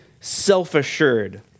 self-assured